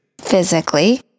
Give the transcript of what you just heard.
Physically